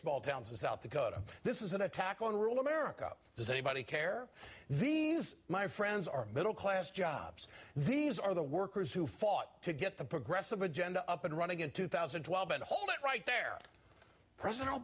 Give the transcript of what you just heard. small towns in south dakota this is an attack on real america does anybody care these my friends are middle class jobs these are the workers who fought to get the progressive agenda up and running in two thousand and twelve and hold it right there p